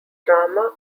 drama